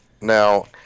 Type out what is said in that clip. now